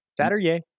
Saturday